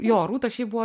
jo rūta šiaip buvo